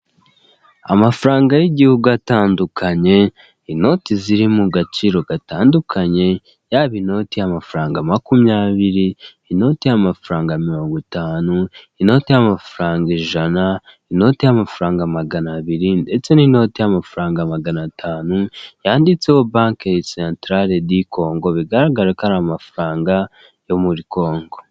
Amafaranga y'igihugu atandukanye inoti ziri mu gaciro gatandukanye, yaba inoti amafaranga makumyabiri, inoti y'ama amafaranga mirongo,, itanu inoti y'amafaranga ijana inoti y'amafaranga magana abiri, ndetse n'inoti y'amafaranga magana atanu, yanditseho banki santarare di kongo bigaragare ko ari amafaranga yo muri kongo.